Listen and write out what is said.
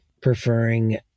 preferring